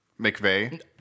McVeigh